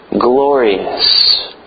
glorious